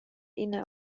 ina